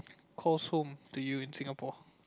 calls home to you in Singapore